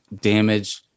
damage